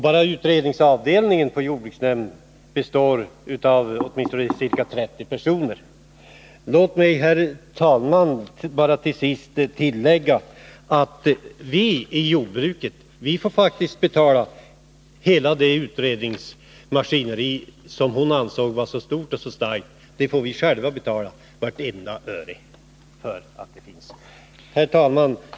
Bara utredningsavdelningen på jordbruksnämnden består av åtminstone ca 30 personer. Låt mig, herr talman, till sist bara tillägga att vi i jordbruket faktiskt får betala hela det utredningsmaskineri som Grethe Lundblad ansåg vara så stort och så starkt. Vi måste själva betala vartenda öre av kostnaderna. Herr talman!